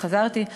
חזרתי,